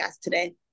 today